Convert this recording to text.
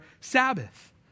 Sabbath